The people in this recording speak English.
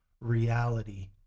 reality